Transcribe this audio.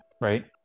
right